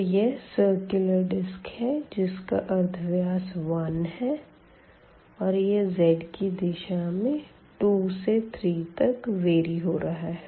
तो यह circular cylinder है जिसका अर्धव्यास 1 है और यह z की दिशा में 2 से 3 तक वेरी हो रहा है